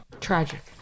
Tragic